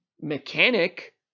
mechanic